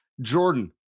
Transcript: Jordan